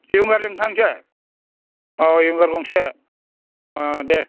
विंगारजों थांसै अ विंगार गंसे अ दे